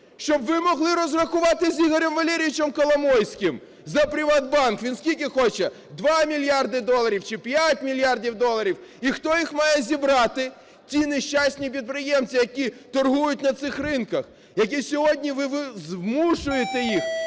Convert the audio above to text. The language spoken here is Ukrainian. щоб ви могли розрахувати з Ігорем Валерійовичем Коломойським за "ПриватБанк". Він скільки хоче: 2 мільярда доларів чи 5 мільярдів доларів. І хто їх має зібрати? Ті нещасні підприємці, які торгують на цих ринках, яких сьогодні ви змушуєте їх